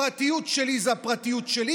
הפרטיות שלי זה הפרטיות שלי,